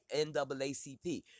NAACP